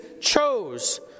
chose